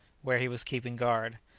where he was keeping guard.